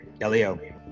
Elio